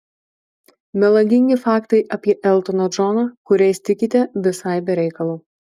melagingi faktai apie eltoną džoną kuriais tikite visai be reikalo